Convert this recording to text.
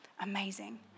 Amazing